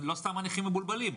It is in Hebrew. לא סתם הנכים מבולבלים.